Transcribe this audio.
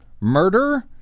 murder